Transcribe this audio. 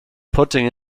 putting